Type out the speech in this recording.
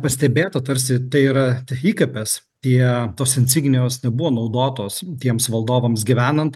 pastebėta tarsi tai yra įkapės tie tos insignijos nebuvo naudotos tiems valdovams gyvenant